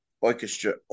orchestra